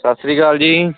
ਸਤਿ ਸ਼੍ਰੀ ਅਕਾਲ ਜੀ